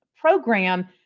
program